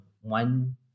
one